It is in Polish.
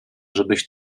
żebyś